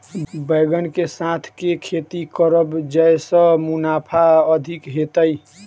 बैंगन कऽ साथ केँ खेती करब जयसँ मुनाफा अधिक हेतइ?